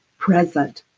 present.